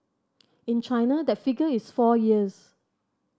in China that figure is four years